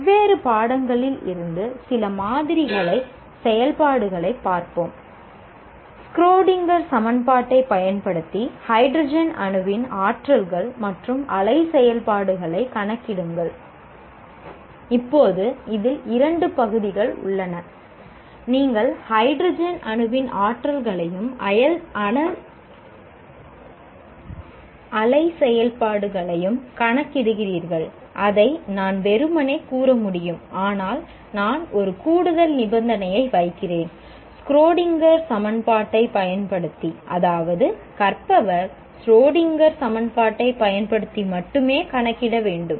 வெவ்வேறு பாடங்களில் இருந்து சில மாதிரி செயல்பாடுகளைப் பார்ப்போம் ஷ்ரோடிங்கர் சமன்பாட்டைப் பயன்படுத்தி மட்டுமே கணக்கிட வேண்டும்